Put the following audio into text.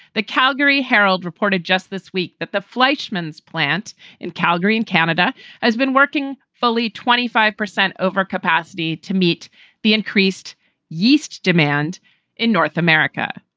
the calgary herald reported just this week that the fleischman's plant in calgary in canada has been working fully twenty five percent over capacity to meet the increased yeast demand in north america.